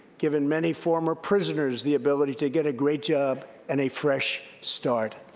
given many former prisoners the ability to get a great job and a fresh start.